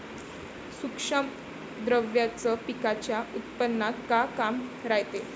सूक्ष्म द्रव्याचं पिकाच्या उत्पन्नात का काम रायते?